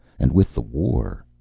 and with the war.